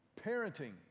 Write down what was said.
parenting